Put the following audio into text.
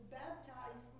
baptize